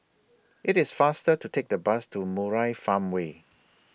IT IS faster to Take The Bus to Murai Farmway